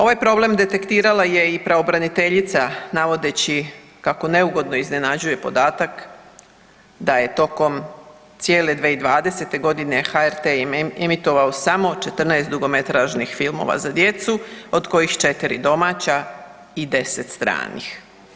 Ovaj problem detektirala je pravobraniteljica navodeći kako neugodno iznenađuje podatak da je tokom cijele 2020.g. HRT emitirao samo 14 dugometražnih filmova za djecu od kojih četiri domaća i 10 stranih.